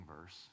verse